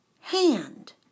hand